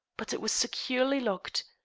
but it was securely locked.